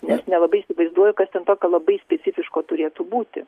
nes nelabai įsivaizduoju kas ten tokio labai specifiško turėtų būti